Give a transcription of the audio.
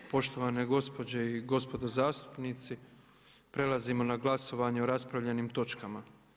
Poštovane gospođe i gospodo zastupnici prelazimo na glasovanje o raspravljenim točkama.